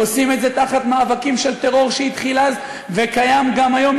ועושים את זה תחת מאבקים של טרור שהתחיל אז וקיים גם היום,